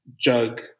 jug